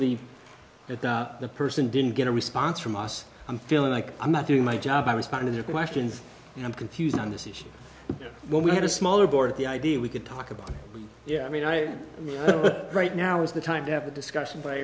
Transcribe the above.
the if the person didn't get a response from us i'm feeling like i'm not doing my job i respond to their questions and i'm confused on this issue when we have a smaller board the idea we could talk about yeah i mean i right now is the time to have a discussion but i